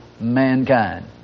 mankind